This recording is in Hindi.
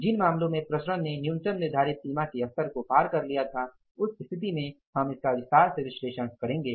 जिन मामलों में प्रसरण ने न्यूनतम निर्धारित सीमा के स्तर को पार कर लिया था उस स्थिति में हम इसका विस्तार से विश्लेषण करेंगे